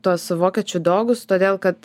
tuos vokiečių dogus todėl kad